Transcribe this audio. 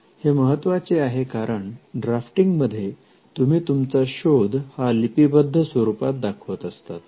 हे महत्त्वाचे आहे कारण ड्राफ्टिंग मध्ये तुम्ही तुमचा शोध हा लिपिबद्ध स्वरूपात दाखवत आहात